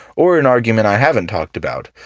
or an argument i haven't talked about,